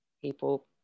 people